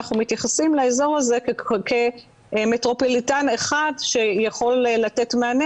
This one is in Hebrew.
שאנחנו מתייחסים לאזור הזה כמטרופוליטן אחד שיכול לתת מענה